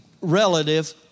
relative